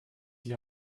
die